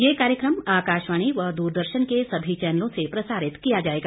ये कार्यक्रम आकाशवाणी व दूरदर्शन के सभी चैनलों से प्रसारित किया जाएगा